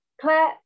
Claire